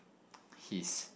he's